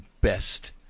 best